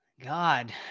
God